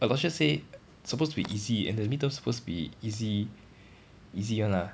aloysius say suppose to be easy and the mid-terms suppose to be easy easy [one] lah